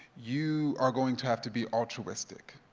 you are going to have to be altruistic.